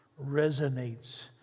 resonates